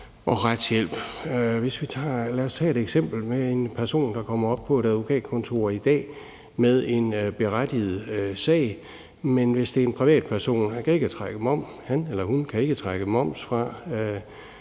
vigtigt. Lad os tage et eksempel med en person, der kommer op på et advokatkontor i dag med en berettiget sag. Hvis det er en privat person, kan han eller hun ikke trække moms fra,